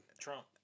Trump